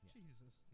Jesus